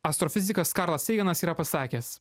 astrofizikas karlas seinas yra pasakęs